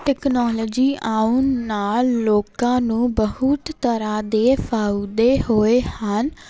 technology ਆਉਣ ਨਾਲ਼ ਲੋਕਾਂ ਨੂੰ ਬਹੁਤ ਤਰ੍ਹਾਂ ਦੇ ਫਾਉਦੇ ਹੋਏ ਹਨ